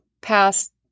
past